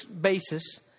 basis